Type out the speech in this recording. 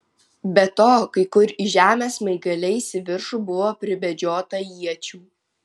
be to kai kur į žemę smaigaliais į viršų buvo pribedžiota iečių